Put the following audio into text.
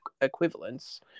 equivalents